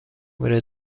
میره